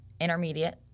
intermediate